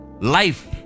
Life